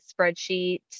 spreadsheet